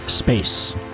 Space